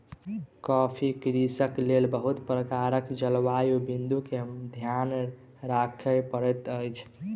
coffee कृषिक लेल बहुत प्रकारक जलवायु बिंदु के ध्यान राखअ पड़ैत अछि